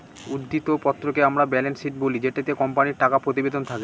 উদ্ধৃত্ত পত্রকে আমরা ব্যালেন্স শীট বলি যেটিতে কোম্পানির টাকা প্রতিবেদন থাকে